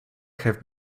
have